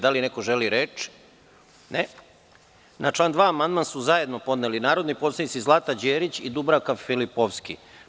Da li neko želi reč? (Ne) Na član 2. amandman su zajedno podnele narodni poslanici Zlata Đerić i Dubravka Filipovski.